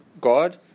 God